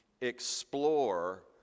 explore